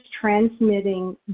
transmitting